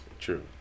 True